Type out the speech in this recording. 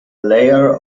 layer